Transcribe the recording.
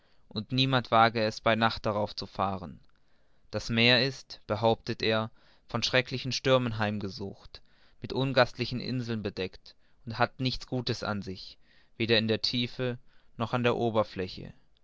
und niemand wage bei nacht darauf zu fahren dies meer ist behauptet er von erschrecklichen stürmen heimgesucht mit ungastlichen inseln bedeckt und hat nichts gutes an sich weder in der tiefe noch an der oberfläche